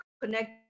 connect